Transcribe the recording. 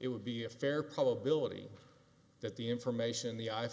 it would be a fair probability that the information the i